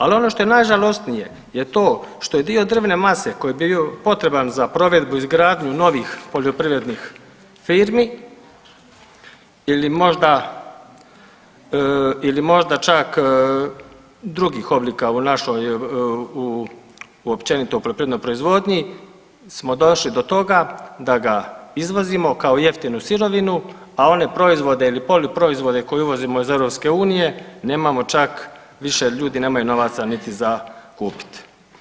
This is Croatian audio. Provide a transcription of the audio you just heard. Ali ono što je najžalosnije je to što je drvne mase koji je bio potreban za provedbu, izgradnju novih poljoprivrednih firmi ili možda čak drugih oblika u našoj, općenito u poljoprivrednoj proizvodnji smo došli do toga da ga izvozimo kao jeftinu sirovinu, a one proizvode ili polu proizvode koje uvozimo iz EU nemamo čak, više ljudi nemaju novaca niti za kupiti.